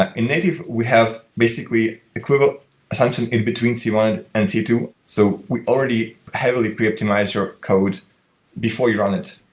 ah in native, we have basically but something in between c one and c two. so we already heavily pre optimized your code before you're on it.